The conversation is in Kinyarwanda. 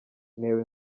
ntewe